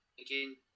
again